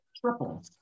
Triple